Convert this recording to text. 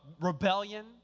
rebellion